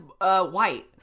white